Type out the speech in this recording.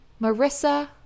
Marissa